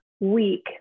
week